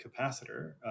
capacitor